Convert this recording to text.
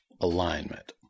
alignment